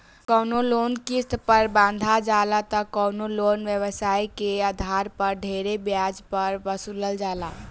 कवनो लोन किस्त पर बंधा जाला त कवनो लोन व्यवसाय के आधार पर ढेरे ब्याज पर वसूलल जाला